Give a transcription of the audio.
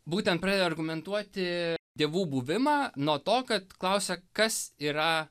būtent pradeda argumentuoti dievų buvimą nuo to kad klausia kas yra